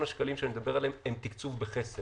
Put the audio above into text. השקלים שאני מדבר עליהם הם תקצוב בחסר.